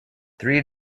three